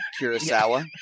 Kurosawa